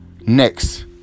next